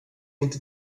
inte